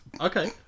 Okay